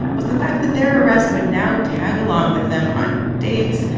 was the fact that their arrest would now tag along with them on dates,